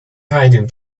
hiding